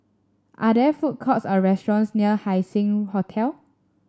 are there food courts or restaurants near Haising Hotel